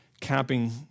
capping